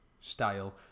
style